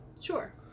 Sure